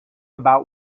about